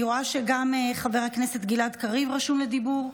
אני רואה שגם חבר הכנסת גלעד קריב רשום לדיבור,